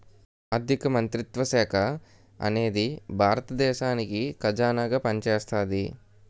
ఆర్ధిక మంత్రిత్వ శాఖ అనేది భారత దేశానికి ఖజానాగా పనిచేస్తాది